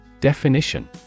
Definition